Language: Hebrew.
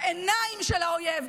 בעיניים של האויב,